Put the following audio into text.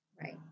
Right